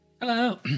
Hello